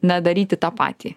na daryti tą patį